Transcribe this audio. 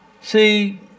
See